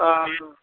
हँ